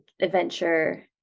adventure